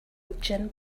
gin